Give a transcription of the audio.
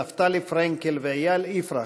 נפתלי פרנקל ואיל יפרח,